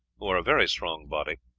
who are a very strong body,